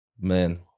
man